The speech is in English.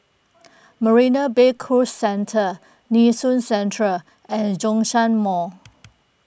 Marina Bay Cruise Centre Nee Soon Central and Zhongshan Mall